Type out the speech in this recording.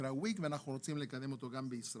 שנקרא --- ואנחנו רוצים לקדם אותו גם בישראל.